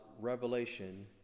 revelation